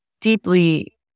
deeply